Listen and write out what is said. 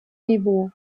niveau